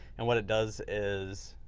and what it does is,